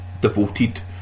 devoted